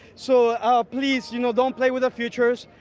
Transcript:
so ah please you know don't play with our futures,